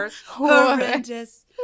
horrendous